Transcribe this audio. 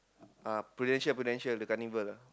uh prudential prudential the carnival ah